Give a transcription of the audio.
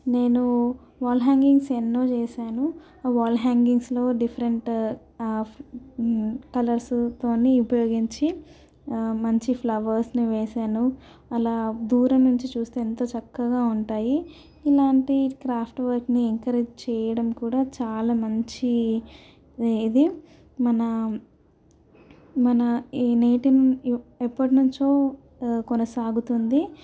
నేను wall hangings ఎన్నో చేసాను ఆ వాల్ హ్యాంగింగ్స్లో డిఫరెంట్ కలర్స్తో ఉపయోగించి మంచి ఫ్లవర్స్ని వేసాను అలా దూరం నుంచి చూస్తే ఎంతో చక్కగా ఉంటాయి ఇలాంటి క్రాఫ్ట్ వర్క్ని ఎంకరేజ్ చేయడం కూడా చాలా మంచి ఇది మన మన ఈ నేటి ఎప్పటి నుంచో కొనసాగుతుంది